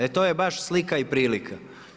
E to je baš slika i prilika.